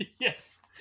Yes